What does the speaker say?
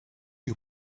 you